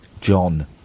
John